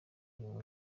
uru